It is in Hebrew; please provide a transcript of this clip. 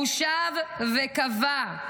הוא שב וקבע: